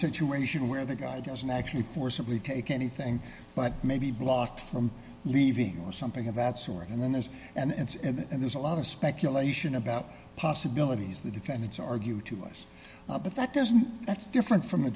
situation where the guy doesn't actually forcibly take anything but may be blocked from leaving or something of that sort and then there's an answer and there's a lot of speculation about possibilities that if and it's argued to us but that doesn't that's different from a